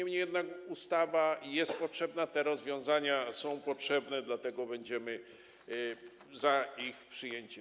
Niemniej jednak ustawa jest potrzebna, te rozwiązania są potrzebne, dlatego będziemy za ich przyjęciem.